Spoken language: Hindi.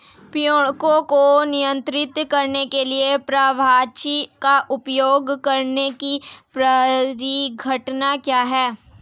पीड़कों को नियंत्रित करने के लिए परभक्षी का उपयोग करने की परिघटना क्या है?